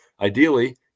Ideally